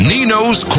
Nino's